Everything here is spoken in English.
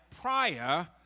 prior